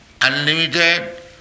unlimited